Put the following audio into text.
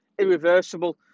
irreversible